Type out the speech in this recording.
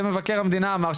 את זה מבקר המדינה אמר,